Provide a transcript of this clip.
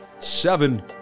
seven